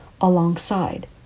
alongside